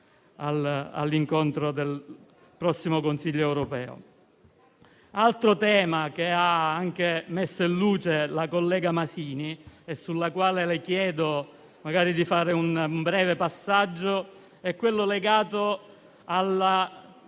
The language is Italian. all'incontro del prossimo Consiglio europeo. Un altro tema, che è stato messo in luce anche dalla collega Masini e sul quale le chiedo magari di fare un breve passaggio, è quello legato alla